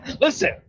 listen